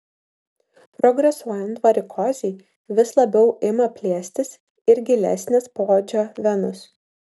progresuojant varikozei vis labiau ima plėstis ir gilesnės poodžio venos